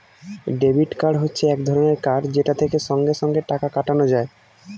debit card হচ্ছে এক রকমের কার্ড যেটা থেকে সঙ্গে সঙ্গে টাকা কাটানো যায়